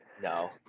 no